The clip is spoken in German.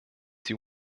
die